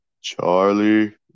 Charlie